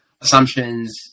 assumptions